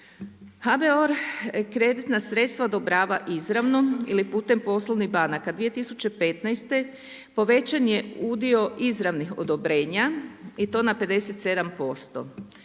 HBOR kreditna sredstva odobrava izravno ili putem poslovnih banaka. 2015. povećan je udio izravnih odobrenja i to na 57%.